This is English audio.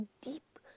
deep